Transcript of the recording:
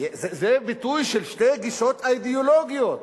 זה ביטוי של שתי גישות אידיאולוגיות.